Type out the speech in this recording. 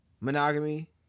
monogamy